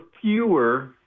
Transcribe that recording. fewer